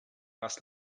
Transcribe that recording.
dass